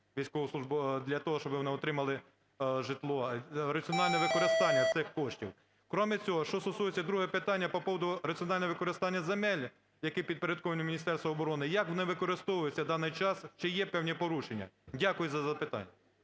військовослужбовців житла, для того щоб вони отримали житло, раціональне використання цих коштів. Крім цього що стосується, друге питання - по поводу раціонального використання земель, які підпорядковані Міністерству оборони: як вони використовуються в даний час? Чи є певні порушення? Дякую за запитання...